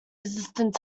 resistant